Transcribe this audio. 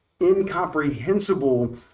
incomprehensible